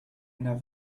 einer